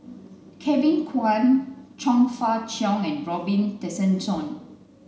Kevin Kwan Chong Fah Cheong and Robin Tessensohn